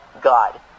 God